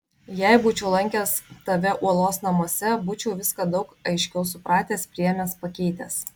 jei būčiau lankęs tave uolos namuose būčiau viską daug aiškiau supratęs priėmęs pakeitęs